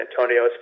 Antonio